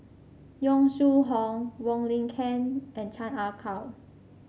Yong Shu Hoong Wong Lin Ken and Chan Ah Kow